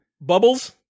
Bubbles